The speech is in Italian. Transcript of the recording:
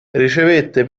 ricevette